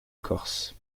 corse